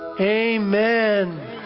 Amen